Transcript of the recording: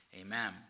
amen